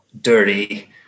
dirty